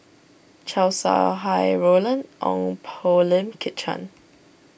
Chow Sau Hai Roland Ong Poh Lim Kit Chan